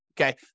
okay